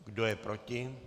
Kdo je proti?